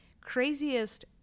craziest